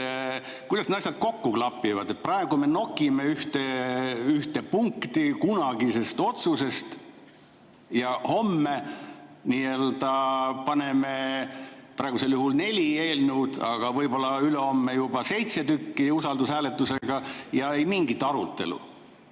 Kuidas need asjad kokku klapivad? Praegu me nokime ühte punkti kunagisest otsusest ja homme paneme praegusel juhul neli eelnõu, aga ülehomme võib-olla juba seitse tükki, usaldushääletusele ja ei mingit arutelu.